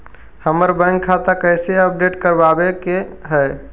हमर बैंक खाता कैसे अपडेट करबाबे के है?